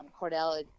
Cordell